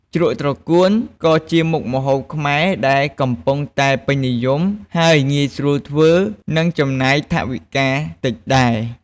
ជ្រក់ត្រកួនក៏ជាមុខម្ហូបខ្មែរដែលកំពុងតែពេញនិយម ហើយងាយស្រួលធ្វើ និងចំណាយថវិកាតិចដែរ។